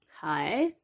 hi